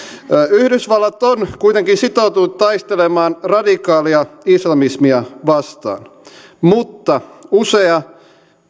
yhdysvallat on kuitenkin sitoutunut taistelemaan radikaalia islamismia vastaan mutta usea